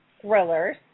thrillers